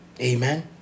Amen